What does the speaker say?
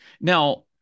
Now